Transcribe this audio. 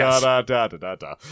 Da-da-da-da-da-da